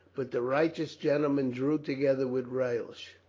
but the righteous gentlemen drew together with relish.